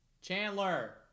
Chandler